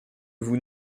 vous